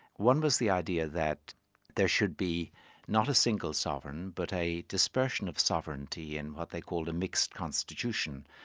one was the idea that there should be not a single sovereign but a dispersion of sovereignty in what they called a mixed constitution.